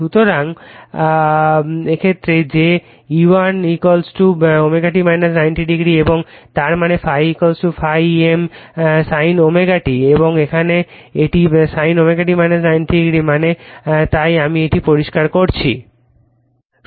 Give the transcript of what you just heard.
সুতরাং এই ক্ষেত্রে যে E1 আসছে ω t 90 o এবং তার মানে ∅∅ m sin ωω t এবং এখানে এটি sin ω t 90 o মানে তাই আমি এটি পরিষ্কার করছি